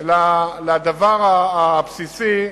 לדבר הבסיסי: